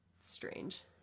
strange